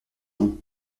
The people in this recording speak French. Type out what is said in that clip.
nom